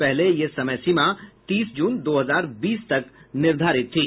पहले यह समय सीमा तीस जून दो हजार बीस तक निर्धारित थी